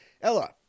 Ella